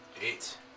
Eight